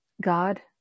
God